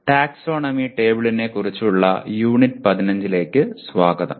taxonomy ടേബിളിനെക്കുറിച്ചുള്ള unit 15 ലേക്ക് സ്വാഗതം